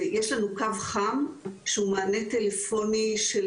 יש לנו קו חם שהוא מענה טלפוני של